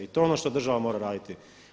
I to je ono što država mora raditi.